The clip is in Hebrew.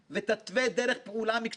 ולך אדוני המנכ"ל,